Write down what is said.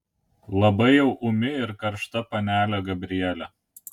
labai jau ūmi ir karšta panelė gabrielė